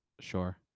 sure